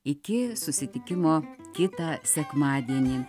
iki susitikimo kitą sekmadienį